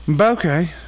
Okay